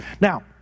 Now